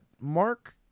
Mark